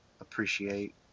appreciate